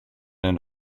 and